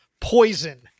Poison